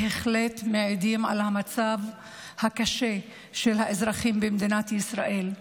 בהחלט מעידים על המצב הקשה של האזרחים במדינת ישראל.